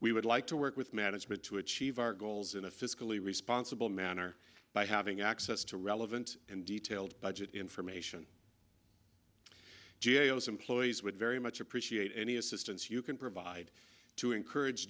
we would like to work with management to achieve our goals in a fiscally responsible manner by having access to relevant and detailed budget information geos employees would very much appreciate any assistance you can provide to encourage